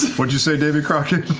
what'd you say, davy crockett?